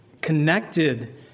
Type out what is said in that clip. connected